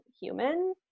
human